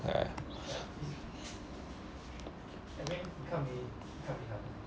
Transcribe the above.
ah